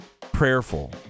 prayerful